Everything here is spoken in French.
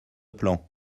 plan